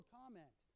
comment